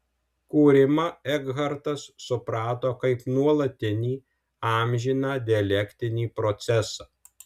kūrimą ekhartas suprato kaip nuolatinį amžiną dialektinį procesą